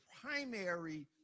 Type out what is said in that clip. primary